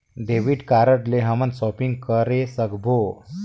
Debit card ले हमन shopping करे सकबो?